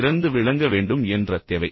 சிறந்து விளங்க வேண்டும் என்ற தேவை